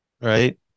right